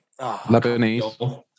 Lebanese